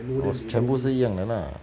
orh 是全部是一样人 lah